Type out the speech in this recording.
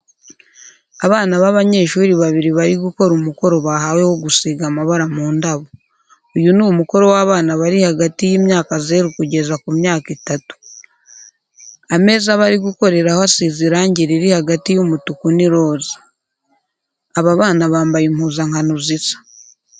Abana b'abanyeshuri babiri bari gukora umukoro bahawe wo gusiga amabara mu ndabo. Uyu ni umukoro w'abana bari hagati y'imyaka zero kugeza ku myaka itatu. Ameza bari gukoreraho asize irange riri hagati y'umutuku n'iroza. Abo bana bambaye impuzankano zisa.